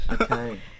Okay